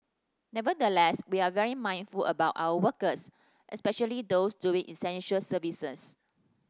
nevertheless we are very mindful about our workers especially those doing essential services